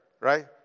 right